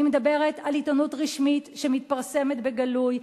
אני מדברת על עיתונות רשמית שמתפרסמת בגלוי,